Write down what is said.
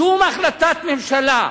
שום החלטת ממשלה.